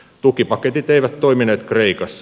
tukipaketit eivät toimineet kreikassa